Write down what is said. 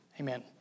Amen